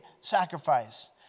sacrifice